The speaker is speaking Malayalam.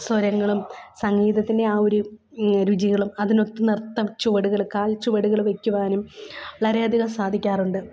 സ്വരങ്ങളും സംഗീതത്തിൻ്റെ ആ ഒരു രുചികളും അതിനൊത്ത് നൃത്തം ചുവടുകൾ കാൽച്ചുവടുകൾ വെയ്ക്കുവാനും വളരെയധികം സാധിക്കാറുണ്ട്